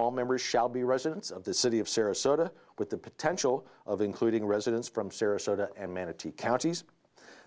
all members shall be residents of the city of sarasota with the potential of including residents from sarasota and manatee county